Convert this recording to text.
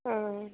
ஆ ஆ